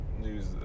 news